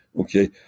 okay